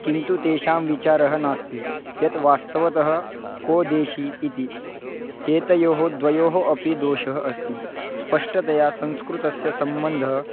किन्तु तेषां विचारः नास्ति यत् वास्तवतः को देशी इति एतयोः द्वयोः अपि दोषः अस्ति स्पष्टतया संस्कृतस्य सम्बन्धः